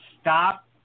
stop